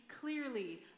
clearly